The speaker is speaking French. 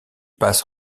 passe